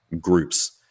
groups